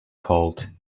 called